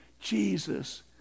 Jesus